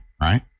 right